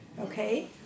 okay